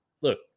look